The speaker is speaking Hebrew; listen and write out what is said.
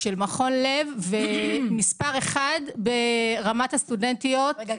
של מכון לב ומספר אחד ברמת הסטודנטיות -- רגע,